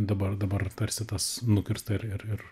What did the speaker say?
dabar dabar tarsi tas nukirsta ir ir ir